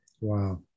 Wow